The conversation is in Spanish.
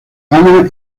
anna